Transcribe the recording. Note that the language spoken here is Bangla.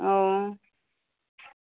ও